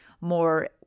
more